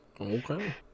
Okay